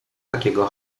takiego